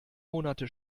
monate